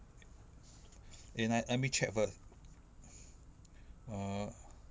eh nai let me check first err